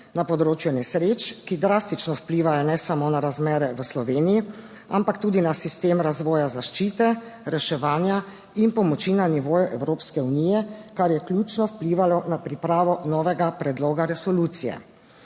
na področju nesreč, ki drastično vplivajo ne samo na razmere v Sloveniji, ampak tudi na sistem razvoja, zaščite, reševanja in pomoči na nivoju Evropske unije, kar je ključno vplivalo na pripravo novega predloga resolucije.